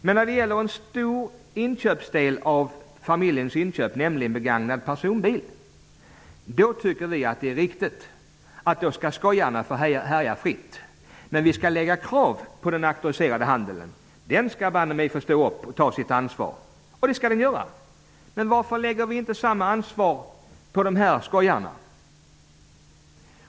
Men när det gäller en stor del av familjens inköp, nämligen begagnad personbil, tycker vi att det är riktigt. Då skall skojarna få härja fritt. Däremot skall vi lägga krav på den auktoriserade handeln. Den skall banne mig få stå upp och ta sitt ansvar! Det skall den göra. Men varför lägger vi inte samma ansvar på skojarna?